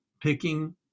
picking